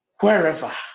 wherever